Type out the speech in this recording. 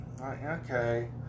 Okay